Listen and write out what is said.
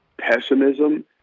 pessimism